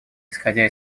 исходя